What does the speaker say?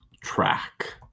track